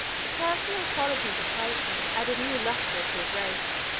the personal qualities of piso added new lustre to his race.